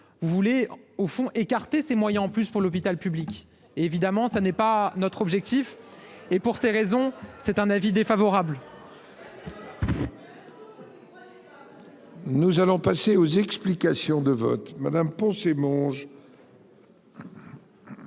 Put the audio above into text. Vous voulez au fond écarter ses moyens en plus pour l'hôpital public. Évidemment ça n'est pas notre objectif. Et pour ces raisons. C'est un avis défavorable. Nous allons passer aux explications de vote Madame Monge.